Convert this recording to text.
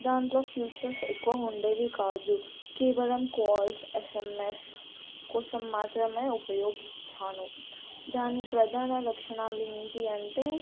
దాంట్లో ఫీచర్స్ ఎక్కువ ఉండేవి కాదు కేవలం కాల్స్ ఎస్ఎంఎస్ కోసం మాత్రమే ఉపయోగిస్తాను దాని ప్రధాన లక్షణాలు ఏంటి అంటే